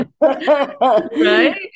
right